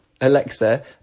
Alexa